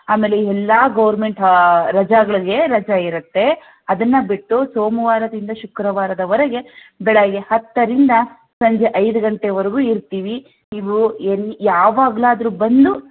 ಆಮೇಲೆ ಎಲ್ಲ ಗೋರ್ಮೆಂಟ್ ಹಾ ರಜಾಗಳಿಗೆ ರಜೆ ಇರುತ್ತೆ ಅದನ್ನು ಬಿಟ್ಟು ಸೋಮವಾರದಿಂದ ಶುಕ್ರವಾರದವರೆಗೆ ಬೆಳಗ್ಗೆ ಹತ್ತರಿಂದ ಸಂಜೆ ಐದು ಗಂಟೆವರೆಗೂ ಇರ್ತೀವಿ ನೀವು ಎಲ್ಲಿ ಯಾವಾಗಲಾದರೂ ಬಂದು